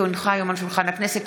כי הונחו היום על שולחן הכנסת,